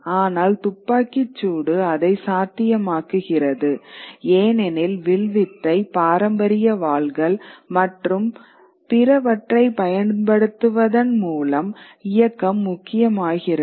ஆனால் துப்பாக்கிச்சூடு அதை சாத்தியமாக்குகிறது ஏனெனில் வில்வித்தை பாரம்பரிய வாள்கள் மற்றும் பிறவற்றைப் பயன்படுத்துவதன் மூலம் இயக்கம் முக்கியமாகிறது